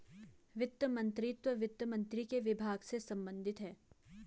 वित्त मंत्रीत्व वित्त मंत्री के विभाग से संबंधित है